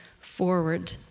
forward